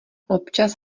občas